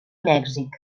mèxic